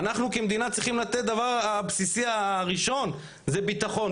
אנחנו כמדינה צריכים לתת דבר הבסיסי הראשון זה ביטחון,